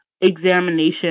examination